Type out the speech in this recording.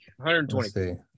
120